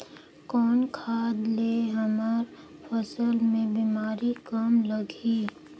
कौन खाद ले हमर फसल मे बीमारी कम लगही?